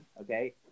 okay